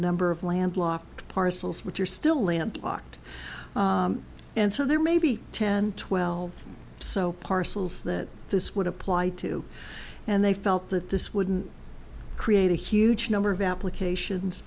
number of landlocked parcels which are still land locked and so there are maybe ten twelve so parcels that this would apply to and they felt that this wouldn't create a huge number of applications